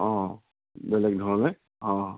অ বেলেগ ধৰণে অ